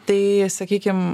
tai sakykim